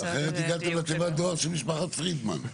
אחרת הגעתם לתיבת דואר של משפחת פרידמן.